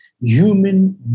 human